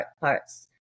parts